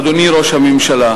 אדוני ראש הממשלה,